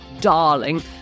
darling